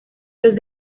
los